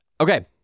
okay